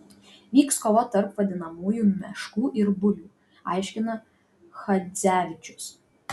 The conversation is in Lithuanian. vyks kova tarp vadinamųjų meškų ir bulių aiškina chadzevičius